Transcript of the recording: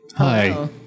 Hi